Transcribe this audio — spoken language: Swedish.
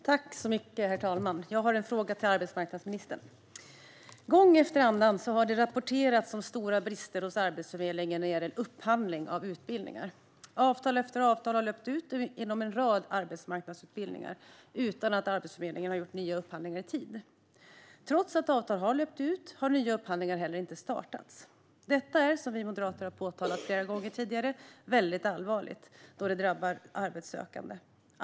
Herr talman! Jag har en fråga till arbetsmarknadsministern. Gång efter annan har det rapporterats om stora brister hos Arbetsförmedlingen när det gäller upphandling av utbildningar. Avtal efter avtal har löpt ut inom en rad arbetsmarknadsutbildningar utan att Arbetsförmedlingen har gjort nya upphandlingar i tid. Trots att avtal har löpt ut har nya upphandlingar inte startats. Detta är, som vi moderater har påtalat flera gånger tidigare, allvarligt då det drabbar arbetssökande.